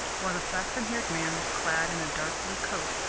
while the flaxen-haired man was clad in a dark-blue coat,